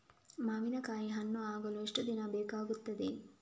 ಮಾವಿನಕಾಯಿ ಹಣ್ಣು ಆಗಲು ಎಷ್ಟು ದಿನ ಬೇಕಗ್ತಾದೆ?